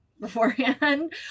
beforehand